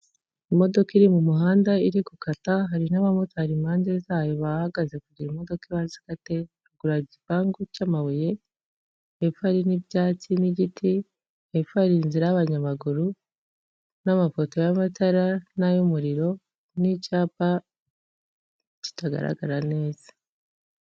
Imodoka iri mu muhanda iri gukata hari n'abamotari impande zayo bahagaze kugira imodoka ibanze ikate, ruguru hari igipangu cy'amabuye, hepfo hari n'ibyatsi n'igiti, hepfo hari inzira y'abanyamaguru n'amafoto y'amatara n'ay'umuriro n'icyapa kitagaragara neza.